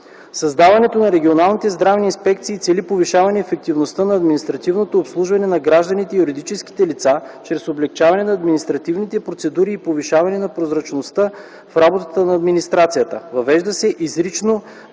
Създаването на регионалните здравни инспекции цели повишаване ефективността на административното обслужване на гражданите и юридическите лица чрез облекчаване на административните процедури и повишаване на прозрачността в работата на администрацията. Въвежда се изрично възможността